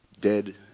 dead